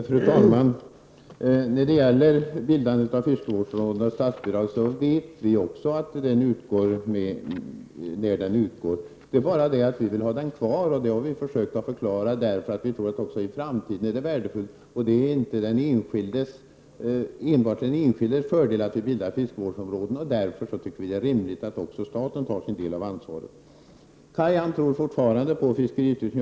Fru talman! När det gäller statsbidraget till bildande av fiskevårdsområden vet vi också när det utgår. Det är bara det att vi vill ha bidraget kvar — och det har vi försökt förklara — därför att vi tror att det också i framtiden är värdefullt. Det är inte enbart till den enskildes fördel att vi bildar fiskevårdsområden. Därför tycker vi att det är rimligt att också staten tar sin del av ansvaret. Kaj Larsson tror fortfarande på fiskeristyrelsen.